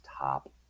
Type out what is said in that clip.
top